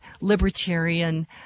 libertarian